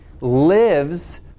lives